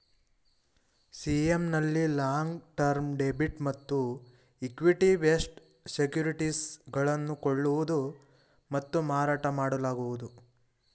CM ನಲ್ಲಿ long term debit ಮತ್ತು equity based securities ಗಳನ್ನು ಕೊಳ್ಳುವುದು ಮತ್ತು ಮಾರಾಟ ಮಾಡಲಾಗುವುದು